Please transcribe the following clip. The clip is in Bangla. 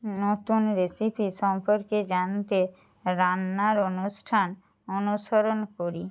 নতুন রেসিপি সম্পর্কে জানতে রান্নার অনুষ্ঠান অনুসরণ করি